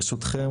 ברשותכם,